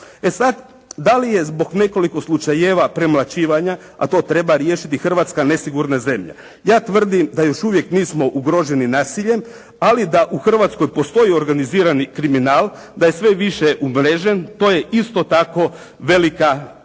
E sad da li je zbog nekoliko slučajeva premlaćivanja a to treba riješiti Hrvatska nesigurna zemlja. Ja tvrdim da još uvijek nismo ugroženi nasiljem ali da u Hrvatskoj postoji organizirani kriminal, da je sve više umrežen. To je isto tako velika istina.